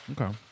Okay